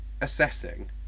assessing